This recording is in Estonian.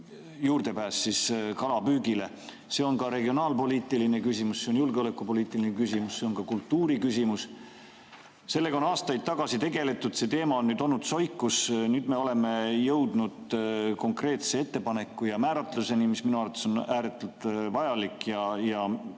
juurdepääs kalapüügile. See on ka regionaalpoliitiline küsimus, see on julgeolekupoliitiline küsimus ja see on kultuuri küsimus. Sellega on aastaid tagasi tegeletud, aga see teema on jäänud soiku. Nüüd me oleme jõudnud konkreetse ettepaneku ja määratluseni, mis minu arvates on ääretult vajalik ja ka mõistlik.